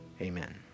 Amen